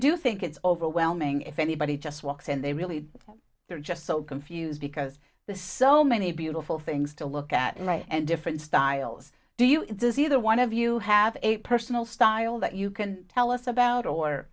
do think it's overwhelming if anybody just walks in they really they're just so confused because there's so many beautiful things to look at right and different styles do you does either one of you have a personal style that you can tell us about or